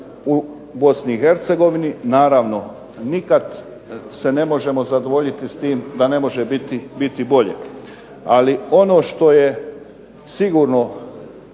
naravno nikad se ne možemo zadovoljiti s tim da ne može biti bolje, ali ono što je sigurno